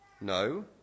No